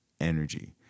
energy